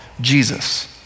Jesus